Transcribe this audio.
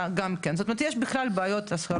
בלשכה ברהט יש לפעמים עובד אחד ולפעמים שניים.